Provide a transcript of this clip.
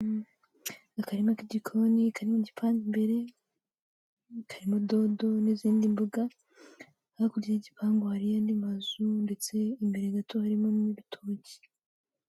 Akarima k'igikoni kari mu gipangu imbere, karimo dodo n'izindi mboga, hakurya y'igipangu hariyo andi mazu ndetse imbere gato harimo n'ibitoki.